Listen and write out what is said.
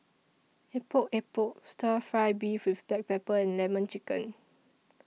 Epok Epok Stir Fry Beef with Black Pepper and Lemon Chicken